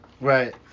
Right